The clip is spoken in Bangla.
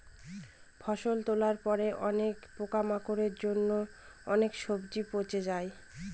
ফসল তোলার পরে অনেক পোকামাকড়ের জন্য অনেক সবজি পচে যায়